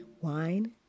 Wine